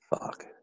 Fuck